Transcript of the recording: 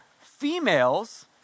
females